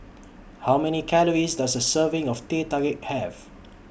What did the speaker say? How Many Calories Does A Serving of Teh Tarik Have